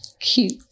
Cute